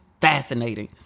fascinating